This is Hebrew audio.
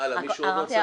עוד מישהו רוצה?